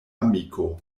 amiko